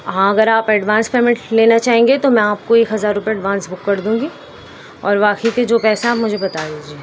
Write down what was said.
ہاں اگر آپ ایڈوانس پیمںٹ لینا چاہیں گے تو میں آپ کو ایک ہزار روپئے ایڈوانس بک کر دوں گی اور باقی کے جو پیسے ہیں آپ مجھے بتا دیجیے